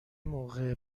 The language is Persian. موقع